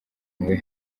mube